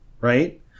Right